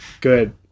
good